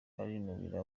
barinubira